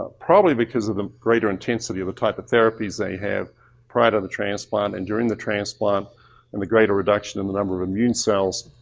probably because of the greater intensity of the type of therapies they have prior to the transplant and during the transplant and the greater reduction in the number of immune cells.